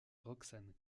roxane